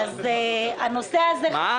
אז הנושא הזה --- מה?